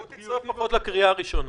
בוא תצטרף, לפחות לקריאה הראשונה.